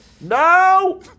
No